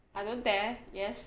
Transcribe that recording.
I don't dare yes